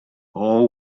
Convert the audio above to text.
all